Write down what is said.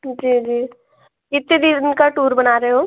जी जी कितने दिन का टूर बना रहे हो